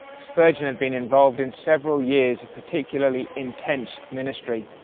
spurgeon had been involved in several years of particularly intense ministry,